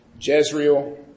Jezreel